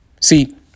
See